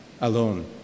alone